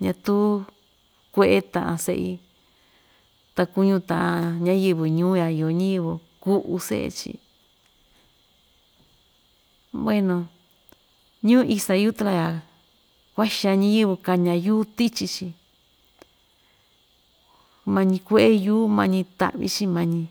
ñatuu kue'e ta'an se'i ta kuñu ta'an ñayɨvɨ ñuu‑ya iyo ñiyɨvɨ ku'u se'e‑chi bueno ñuu ixtayutla ya kua'a xan ñiyɨvɨ kaña yuu tichi‑chi mañi kue'e yuu mañi ta'vi‑chi mañi.